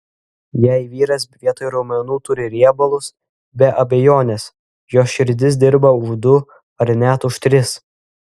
jei vyras vietoj raumenų turi riebalus be abejonės jo širdis dirba už du ar net už tris